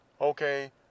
okay